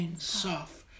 Soft